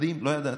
מדהים, לא ידעתי,